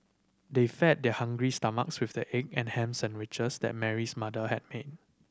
they fed their hungry stomachs with the egg and ham sandwiches that Mary's mother had made